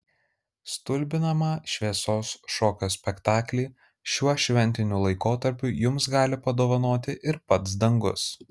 stulbinamą šviesos šokio spektaklį šiuo šventiniu laikotarpiu jums gali padovanoti ir pats dangus